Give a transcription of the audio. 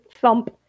thump